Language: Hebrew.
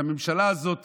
שהממשלה הזאת